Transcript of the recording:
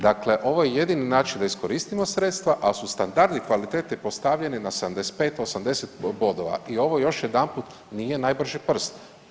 Dakle, ovo je jedini način da iskoristimo sredstva, al su standardi kvaliteti postavljeni na 75-80 bodova i ovo još jedanput nije najbrži prst.